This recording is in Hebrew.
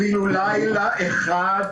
אפילו לילה אחד,